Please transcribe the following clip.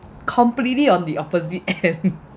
completely on the opposite end